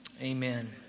amen